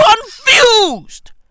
confused